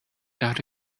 that